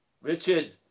Richard